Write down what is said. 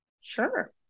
sure